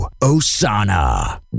Osana